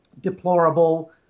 deplorable